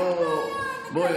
בואי,